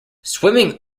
swimming